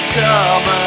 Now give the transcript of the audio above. come